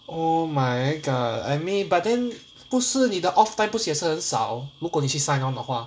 oh my god I mean but then 不是你的 off time 不是也是很少如果你去 sign on 的话